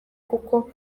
kuko